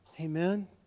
amen